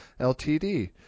LTD